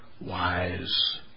wise